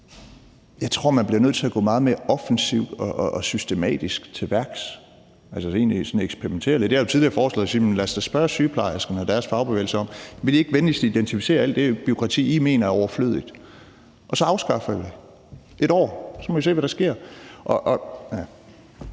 Jeg tror, man bliver nødt til at gå meget mere offensivt og systematisk til værks, altså så man egentlig eksperimenterer lidt. Jeg har jo tidligere foreslået at sige: Lad os da spørge sygeplejerskerne og deres fagbevægelse, om ikke de venligst vil identificere alt det bureaukrati, de mener er overflødigt, og så afskaffer vi det. Man kunne gøre det i et